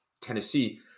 Tennessee